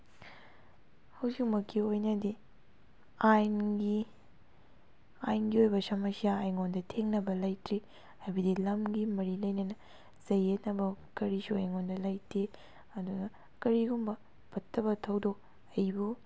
ꯍꯧꯖꯤꯛꯃꯛꯀꯤ ꯑꯣꯏꯅꯗꯤ ꯑꯥꯏꯟꯒꯤ ꯑꯥꯏꯟꯒꯤ ꯑꯣꯏꯕ ꯁꯃꯁ꯭ꯌꯥ ꯑꯩꯉꯣꯟꯗ ꯊꯦꯡꯅꯕ ꯂꯩꯇ꯭ꯔꯤ ꯍꯥꯏꯕꯗꯤ ꯂꯝꯒꯤ ꯃꯔꯤ ꯂꯩꯅꯅ ꯆꯌꯦꯠꯅꯕ ꯀꯔꯤꯁꯨ ꯑꯩꯉꯣꯟꯗ ꯂꯩꯇꯦ ꯑꯗꯨꯅ ꯀꯔꯤꯒꯨꯝꯕ ꯐꯠꯇꯕ ꯊꯧꯗꯣꯛ ꯑꯩꯕꯨ